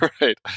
right